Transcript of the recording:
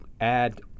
add